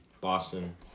Boston